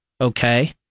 Okay